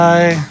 Bye